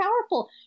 powerful